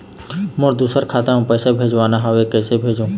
मोर दुसर खाता मा पैसा भेजवाना हवे, कइसे भेजों?